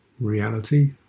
reality